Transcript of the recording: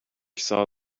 saw